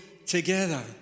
Together